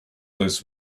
this